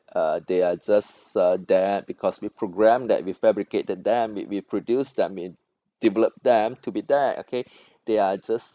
uh they are just uh there because we program them we fabricate them we we produce them we develop them to be there okay they are just